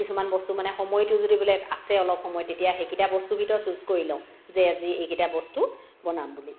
কিছুমান বস্তু মানে সময়টো যদি বোলে আছে অলপ সময় তেতিয়া সেইকেইটা বস্তু ভিতৰত চুজ কৰি লওঁ যে আজি এইকেইটা বস্তু বনাম বুলি